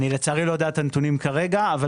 לצערי איני יודע את הנתונים כרגע אבל